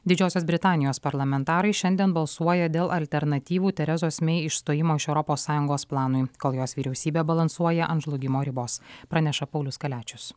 didžiosios britanijos parlamentarai šiandien balsuoja dėl alternatyvų teresos mei išstojimo iš europos sąjungos planui kol jos vyriausybė balansuoja ant žlugimo ribos praneša paulius kaliačius